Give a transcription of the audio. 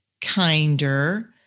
kinder